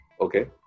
Okay